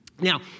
Now